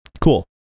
Cool